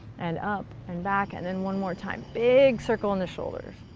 and up and back. and then one more time. big circle in the shoulders.